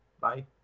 Bye